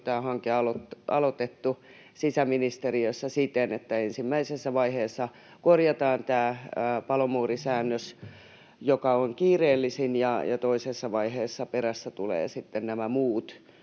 tämä hanke, aloitettu sisäministeriössä siten, että ensimmäisessä vaiheessa korjataan tämä palomuurisäännös, joka on kiireellisin, ja toisessa vaiheessa perässä tulevat sitten nämä muut